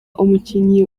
umukinnyi